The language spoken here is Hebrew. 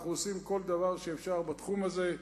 אנחנו עושים כל דבר שאפשר בתחום הזה.